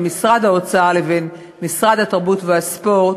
משרד האוצר לבין משרד התרבות והספורט,